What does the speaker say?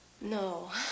No